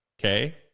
okay